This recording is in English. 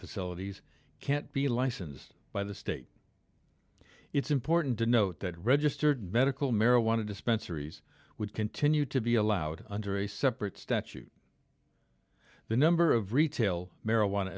facilities can't be licensed by the state it's important to note that registered medical marijuana dispensaries would continue to be allowed under a separate statute the number of retail marijuana